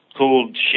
called